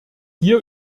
hier